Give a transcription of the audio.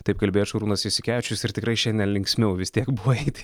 taip kalbėjo šarūnas jasikevičius ir tikrai šiandien linksmiau vis tiek buvo eiti